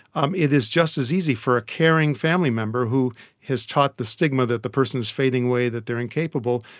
um it is just as easy for a caring family member who is taught the stigma that the person is fading away, that they are incapable,